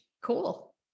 cool